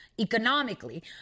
economically